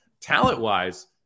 Talent-wise